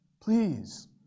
please